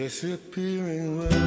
disappearing